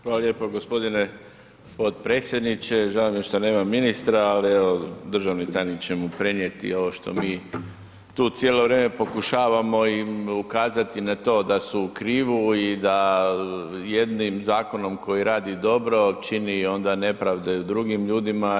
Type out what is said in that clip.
Hvala lijepo gospodine potpredsjedniče, žao mi je što nema ministra, ali evo, državni tajnik će mu prenijeti ovo što mi tu cijelo vrijeme pokušavamo i ukazati na to da su u krivu i da jednim zakonom koji radi dobro čini onda nepravdu drugim ljudima.